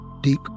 Deep